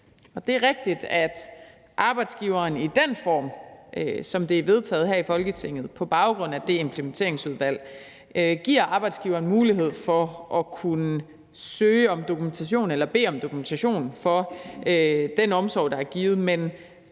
Det er rigtigt, at i den form, som det er vedtaget her i Folketinget på baggrund af det implementeringsudvalg, giver det arbejdsgiveren mulighed for at kunne søge om dokumentation eller bede om dokumentation for den omsorg, der er givet,